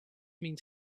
means